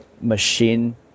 machine